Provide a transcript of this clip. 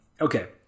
Okay